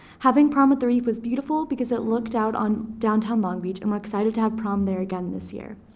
having prom at the reef was beautiful because it looked out on downtown long beach and we're excited to have prom there again this year.